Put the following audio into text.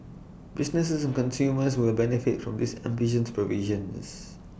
business and consumers will benefit from its ambitious provisions